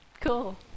Cool